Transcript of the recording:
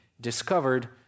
discovered